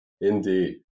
Indeed